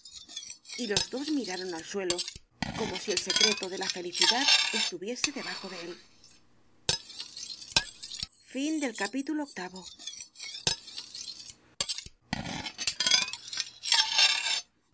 y los dos miraron al suelo como si el secreto de la felicidad estuviese debajo de él